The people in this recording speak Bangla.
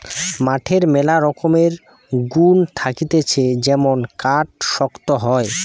কাঠের ম্যালা রকমের গুন্ থাকতিছে যেমন কাঠ শক্ত হয়